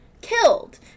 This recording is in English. killed